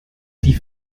die